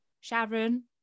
Sharon